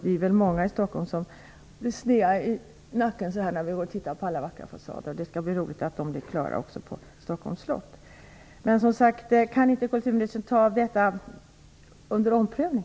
Vi är många i Stockholm som blir sneda i nacken av att gå och titta på alla vackra fasader. Det skall bli roligt när också fasaderna på Stockholms slott blir klara. Kan inte kulturministern ta detta under omprövning?